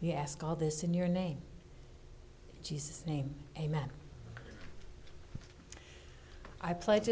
yes call this in your name she says name amen i pledge